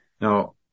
Now